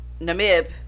Namib